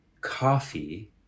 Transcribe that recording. coffee